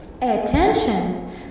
Attention